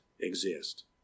exist